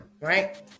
right